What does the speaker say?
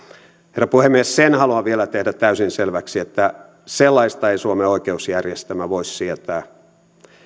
herra puhemies sen haluan vielä tehdä täysin selväksi että suomen oikeusjärjestelmä ei voi sietää sellaista tilannetta